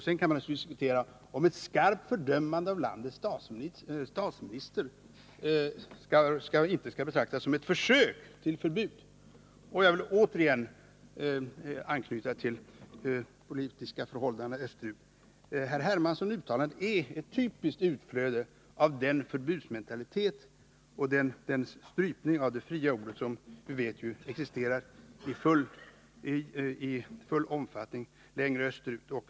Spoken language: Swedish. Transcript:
Sedan kan man naturligtvis diskutera om inte ett skarpt fördömande av landets statsminister skall betraktas som ett försök till förbud. Jag vill då 111 återigen anknyta till de politiska förhållandena österut. Herr Hermanssons uttalande är ett typiskt utflöde av den förbudsmentalitet och den strypning av det fria ordet som vi vet existerar i full omfattning längre österut.